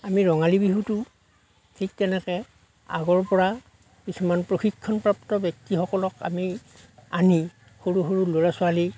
আমি ৰঙালী বিহুটো ঠিক তেনেকে আগৰ পৰা কিছুমান প্ৰশিক্ষণপ্ৰাপ্ত ব্যক্তিসকলক আমি আনি সৰু সৰু ল'ৰা ছোৱালীক